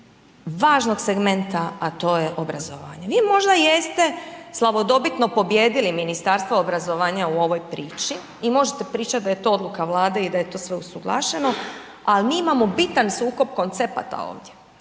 važnog segmenta a to je obrazovanje. Vi možda jeste slavodobitno pobijedili Ministarstvo obrazovanja u ovoj priči i možete pričati da je to odluka Vlade i da je to sve usuglašeno, ali mi imamo biran sukob koncepata ovdje.